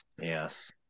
Yes